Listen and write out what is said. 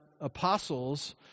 apostles